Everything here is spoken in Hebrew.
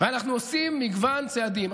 ואנחנו עושים מגוון צעדים.